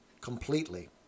Completely